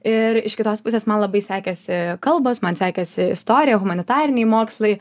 ir iš kitos pusės man labai sekėsi kalbos man sekėsi istorija humanitariniai mokslai